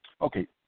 Okay